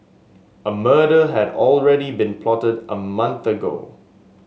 a murder had already been plotted a month ago